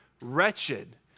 wretched